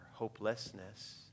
hopelessness